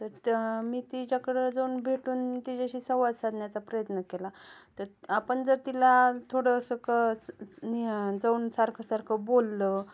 तर त मी तिच्याकडं जाऊन भेटून तिच्याशी संवाद साधण्याचा प्रयत्न केला तर आपण जर तिला थोडंसं क स स नि जाऊन सारखं सारखं बोललं